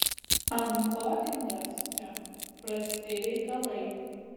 ankodingas čia prasti reikalai